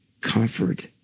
comfort